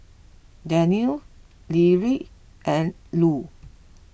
Danniel Lyric and Lue